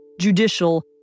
judicial